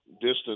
distance